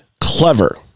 clever